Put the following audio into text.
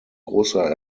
großer